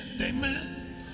Amen